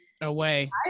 away